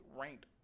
ranked